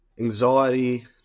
anxiety